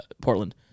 Portland